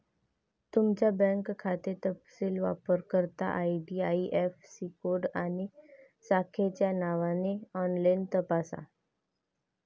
तुमचा बँक खाते तपशील वापरकर्ता आई.डी.आई.ऍफ़.सी कोड आणि शाखेच्या नावाने ऑनलाइन तपासा